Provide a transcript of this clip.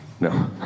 No